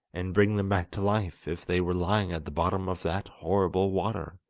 and bring them back to life, if they were lying at the bottom of that horrible water?